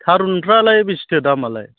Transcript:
थारुनफ्रालाय बेसेथो दामालाय